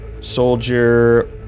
soldier